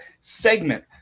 segment